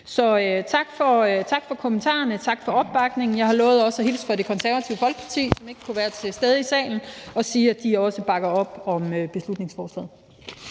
Så tak for kommentarerne. Tak for opbakningen. Jeg har lovet også at hilse fra Det Konservative Folkeparti, som ikke kunne være til stede i salen, og sige, at de også bakker op om beslutningsforslaget.